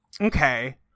Okay